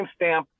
timestamp